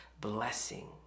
blessing